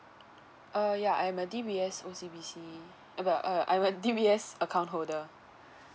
uh ya I'm a D_B_S O_C_B_C I'm a uh I'm a D_B_S account holder